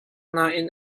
nain